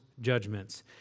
judgments